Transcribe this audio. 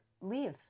leave